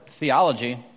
theology